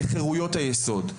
לחרויות היסוד,